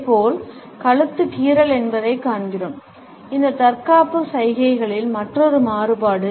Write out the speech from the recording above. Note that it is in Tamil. இதேபோல் கழுத்து கீறல் என்பதைக் காண்கிறோம் இந்த தற்காப்பு சைகைகளின் மற்றொரு மாறுபாடு